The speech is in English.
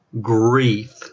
grief